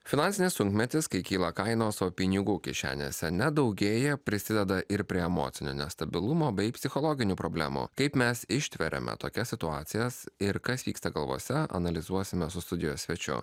finansinis sunkmetis kai kyla kainos o pinigų kišenėse nedaugėja prisideda ir prie emocinio nestabilumo bei psichologinių problemų kaip mes ištveriame tokias situacijas ir kas vyksta galvose analizuosime studijos svečiu